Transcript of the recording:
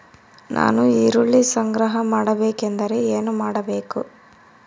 ನಾನು ಈರುಳ್ಳಿಯನ್ನು ಸಂಗ್ರಹ ಮಾಡಬೇಕೆಂದರೆ ಏನು ಮಾಡಬೇಕು?